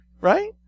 right